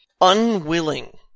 unwilling